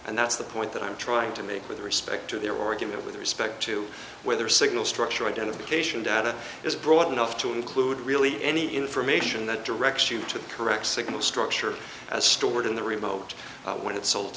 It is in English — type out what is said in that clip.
and that's the point that i'm trying to make with respect to their origin with respect to whether signal structure identification data is broad enough to include really any information that directs you to the correct signal structure stored in the remote when it's sold